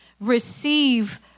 receive